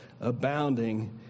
abounding